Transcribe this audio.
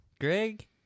Greg